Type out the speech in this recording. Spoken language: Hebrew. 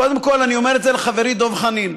קודם כול, אני אומר את זה לחברי דב חנין,